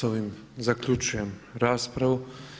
S ovim zaključujem raspravu.